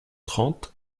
trente